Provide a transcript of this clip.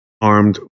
armed